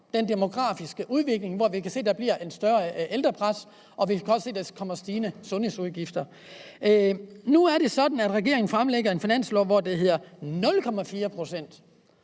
den demografiske udvikling, hvor vi kan se at der bliver et større ældrepres, og vi kan også se, at der kommer stigende sundhedsudgifter. Nu er det sådan, at regeringen fremlægger en finanslov, hvor det hedder 0,4 pct.,